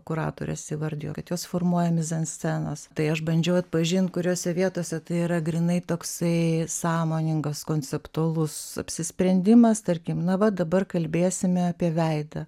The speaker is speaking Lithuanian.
kuratorės įvardijo kad jos formuoja mizanscenas tai aš bandžiau atpažint kuriose vietose tai yra grynai toksai sąmoningas konceptualus apsisprendimas tarkim na va dabar kalbėsime apie veidą